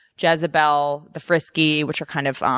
jezabel, the frisky, which are kind of, um